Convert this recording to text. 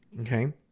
okay